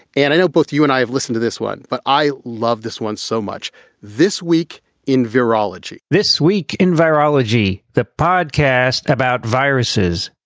and i know both you and i have listen to this one. but i love this one so much this week in virology, this week in virology, the podcast about viruses,